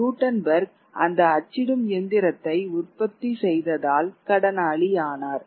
Gutenberg அந்த அச்சிடும் இயந்திரத்தை உற்பத்தி செய்ததால் கடனாளி ஆனார்